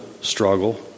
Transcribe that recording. struggle